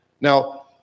Now